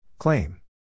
Claim